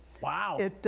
Wow